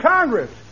Congress